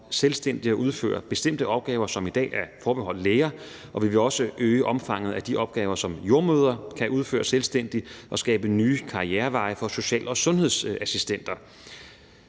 selvstændigt at udføre bestemte opgaver, som i dag er forbeholdt læger, og vi vil også øge omfanget af de opgaver, som jordemødre kan udføre selvstændigt, og skabe nye karriereveje for social- og sundhedsassistenter.